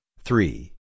three